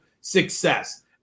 success